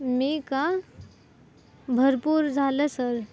मी का भरपूर झालं सर